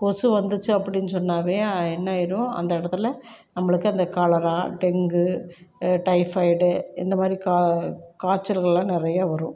கொசு வந்துச்சு அப்படின்னு சொன்னாலே என்ன ஆகிடும் அந்த இடத்துல நம்மளுக்கு அந்த காலரா டெங்கு டைஃபாய்டு இந்தமாதிரி காய்ச்சல்கள்லாம் நிறையா வரும்